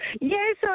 yes